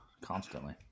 constantly